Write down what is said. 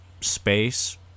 space